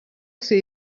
say